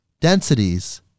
densities